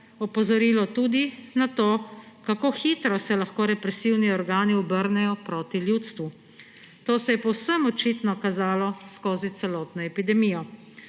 opozorilo tudi na to, kako hitro se lahko represivni organi obrnejo proti ljudstvu. To se je povsem očitno kazalo skozi celotno epidemijo.